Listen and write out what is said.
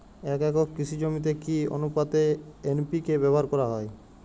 এক একর কৃষি জমিতে কি আনুপাতে এন.পি.কে ব্যবহার করা হয়?